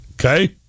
Okay